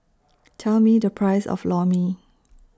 Tell Me The Price of Lor Mee